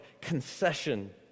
concession